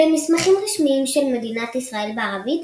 במסמכים רשמיים של מדינת ישראל בערבית,